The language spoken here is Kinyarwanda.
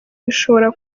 bishobora